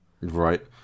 Right